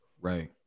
right